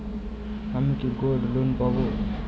আমি কি gold loan পাবো?